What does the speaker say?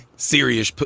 serious.